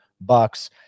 bucks